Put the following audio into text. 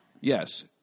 Yes